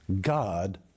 God